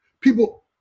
People